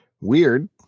Weird